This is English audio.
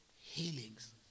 healings